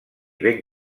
ben